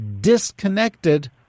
Disconnected